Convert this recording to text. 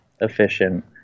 efficient